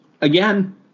Again